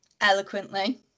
eloquently